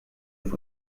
auf